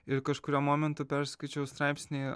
ir kažkuriuo momentu perskaičiau straipsnį